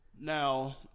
Now